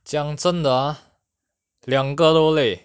讲真的 ah 两个都累